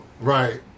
Right